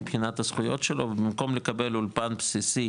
מבחינת הזכויות שלו ובמקום לקבל אולפן בסיסי,